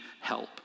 help